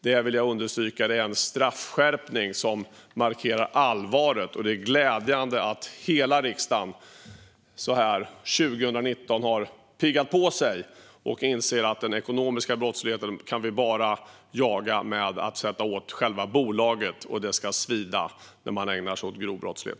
Det, vill jag understryka, är en straffskärpning som markerar allvaret. Det är glädjande att hela riksdagen så här 2019 har piggat på sig och inser att vi bara kan jaga den ekonomiska brottsligheten genom att sätta åt själva bolagen. Det ska svida när man ägnar sig åt grov brottslighet.